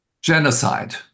genocide